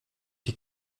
die